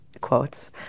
quotes